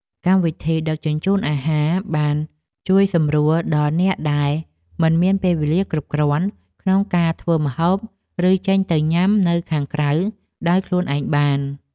កម្មវិធីដឹកជញ្ជូនអាហារបានជួយសម្រួលដល់អ្នកដែលមិនមានពេលវេលាគ្រប់គ្រាន់ក្នុងការធ្វើម្ហូបឬចេញទៅញ៉ាំនៅខាងក្រៅដោយខ្លួនឯងបាន។